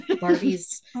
Barbie's